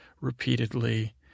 repeatedly